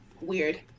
Weird